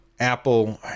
apple